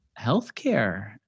healthcare